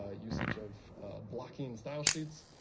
ah usage of blocking style sheets,